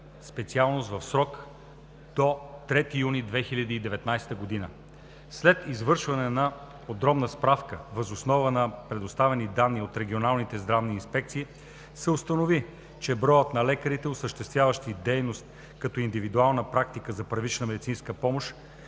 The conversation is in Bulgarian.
специалност в срок до 3 юни 2019 г. След извършване на подробна справка въз основа на предоставените данни от регионалните здравни инспекции се установи, че броят на лекарите, осъществяващи дейност като индивидуална практика за първична медицинска помощ,